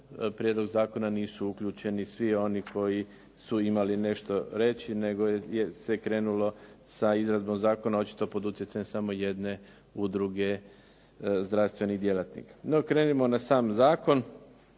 prijedlog nisu uključeni svi oni koji su imali nešto reći nego se krenulo sa izradom zakona očito pod utjecajem samo jedne udruge zdravstvenih djelatnika. No krenimo na sam zakon.